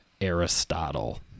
Aristotle